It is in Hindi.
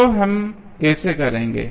तो हम कैसे करेंगे